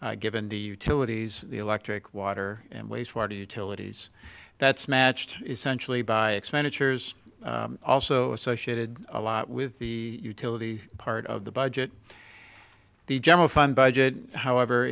given the utilities electric water and wastewater utilities that's matched essentially by expenditures also associated a lot with the utility part of the budget the general fund budget however